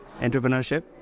entrepreneurship